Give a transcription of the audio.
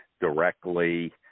directly